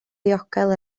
ddiogel